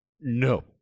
No